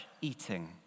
eating